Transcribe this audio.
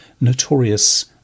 notorious